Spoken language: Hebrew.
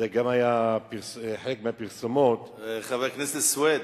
זה גם היה חלק מפרסומת, חבר הכנסת סוייד,